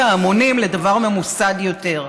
תרומת ההמונים, לדבר ממוסד יותר.